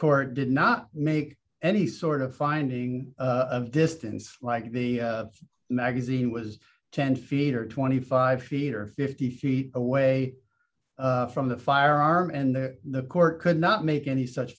court did not make any sort of finding of distance like the magazine was ten feet or twenty five feet or fifty feet away from the firearm and the court could not make any such